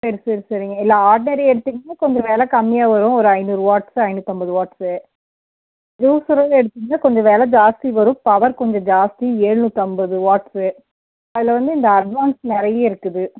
சரி சரி சரிங்க இல்லை ஆர்ட்னரி எடுத்துக்கிட்டிங்கனா கொஞ்சம் விலை கம்மியாக வரும் ஒரு ஐந்நூறு வாட்ஸ் ஐந்நூற்றம்பது வாட்ஸ்ஸு ஜூஸரு எடுத்துக்கிட்டிங்கனா கொஞ்சம் விலை ஜாஸ்தி வரும் பவர் கொஞ்சம் ஜாஸ்தி ஏழ்நூற்றம்பது வாட்ஸ்ஸு அதில் வந்த இந்த அட்வான்ஸ் நிறைய இருக்குது